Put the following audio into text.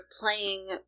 playing